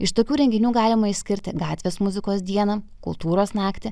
iš tokių renginių galima išskirti gatvės muzikos dieną kultūros naktį